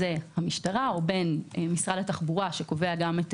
המשטרה או משרד התחבורה, שקובע גם את